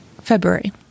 February